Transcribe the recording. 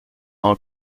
faire